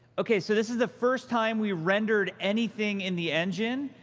ok, so, this is the first time we rendered anything in the engine.